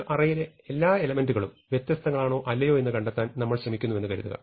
ഒരു അറയിലെ എല്ലാ എലമെന്റ്കളും വ്യത്യസ്തങ്ങളാണോ അല്ലയോ എന്ന് കണ്ടെത്താൻ നമ്മൾ ശ്രമിക്കുന്നുവെന്ന് കരുതുക